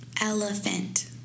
Elephant